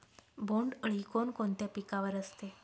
बोंडअळी कोणकोणत्या पिकावर असते?